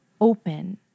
open